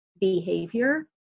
behavior